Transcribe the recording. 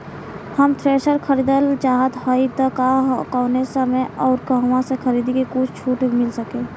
हम थ्रेसर खरीदल चाहत हइं त कवने समय अउर कहवा से खरीदी की कुछ छूट मिल सके?